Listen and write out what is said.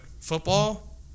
football